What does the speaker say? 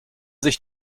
sich